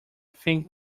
think